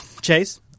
Chase